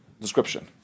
description